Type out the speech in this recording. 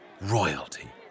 Royalty